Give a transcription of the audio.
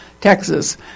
Texas